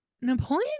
Napoleon